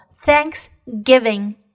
Thanksgiving